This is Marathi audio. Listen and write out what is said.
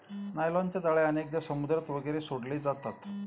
नायलॉनच्या जाळ्या अनेकदा समुद्रात वगैरे सोडले जातात